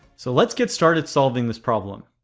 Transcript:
so let's get started solving this problem.